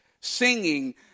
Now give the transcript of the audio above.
singing